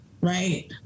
right